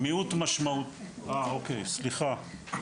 סליחה.